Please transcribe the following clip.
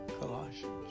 Colossians